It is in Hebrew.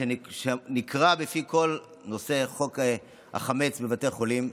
שנקרא בפי כול "חוק החמץ בבתי חולים"